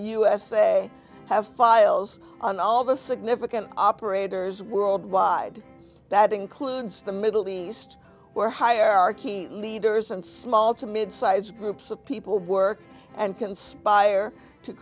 usa have files on all the significant operators world wide that includes the middle east where hierarchy leaders and small to mid size groups of people work and conspire to